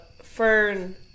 fern